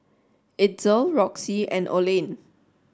Itzel Roxie and Olene